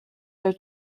their